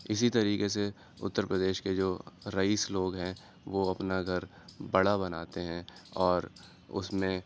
اسی طریقے سے اتر پردیش کے جو رئیس لوگ ہیں وہ اپنا گھر بڑا بناتے ہیں اور اس میں